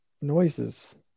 noises